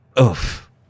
oof